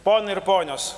ponai ir ponios